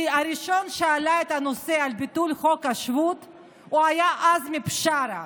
כי הראשון שהעלה את הנושא של ביטול חוק השבות היה עזמי בשארה,